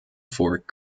fork